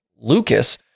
lucas